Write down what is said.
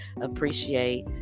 appreciate